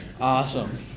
Awesome